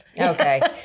okay